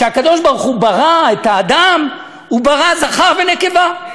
כשהקדוש-ברוך-הוא ברא את האדם, הוא ברא זכר ונקבה.